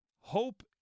Hope